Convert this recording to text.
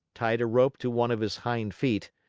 tied a rope to one of his hind feet,